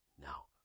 Now